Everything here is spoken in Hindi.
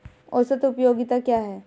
औसत उपयोगिता क्या है?